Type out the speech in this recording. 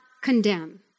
condemn